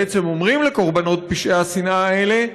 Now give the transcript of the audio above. בעצם אומרים לקורבנות פשעי השנאה האלה: